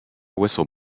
whistle